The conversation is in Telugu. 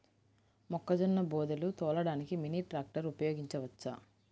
మొక్కజొన్న బోదెలు తోలడానికి మినీ ట్రాక్టర్ ఉపయోగించవచ్చా?